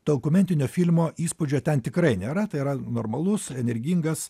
dokumentinio filmo įspūdžio ten tikrai nėra tai yra normalus energingas